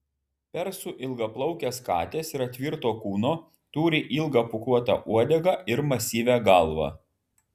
persų ilgaplaukės katės yra tvirto kūno turi ilgą pūkuotą uodegą ir masyvią galvą